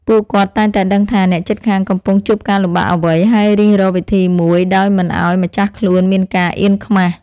ពួកគាត់តែងតែដឹងថា អ្នកជិតខាងកំពុងជួបការលំបាកអ្វី ហើយរិះរកវិធីជួយដោយមិនឱ្យម្ចាស់ខ្លួនមានការអៀនខ្មាស។